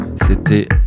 C'était